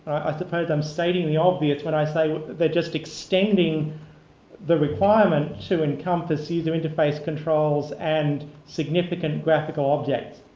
i suppose i'm stating the obvious when i say they're just extending the requirement to encompass user interface controls and significant graphical objects.